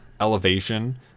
elevation